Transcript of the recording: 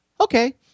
Okay